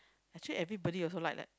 actually everybody also like that